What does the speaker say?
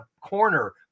corner